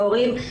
ההורים,